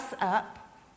up